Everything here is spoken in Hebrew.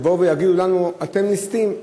שיבואו ויגידו לנו: אתם ליסטים,